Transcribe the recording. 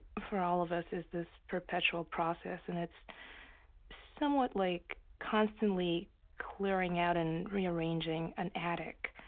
for all of us, is this perpetual process. and it's somewhat like constantly clearing out and rearranging an attic.